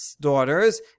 daughters